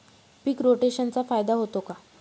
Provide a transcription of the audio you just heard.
पीक रोटेशनचा फायदा होतो का?